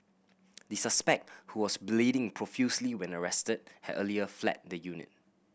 the suspect who was bleeding profusely when arrested had earlier fled the unit